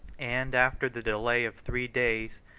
and, after the delay of three days,